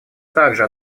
также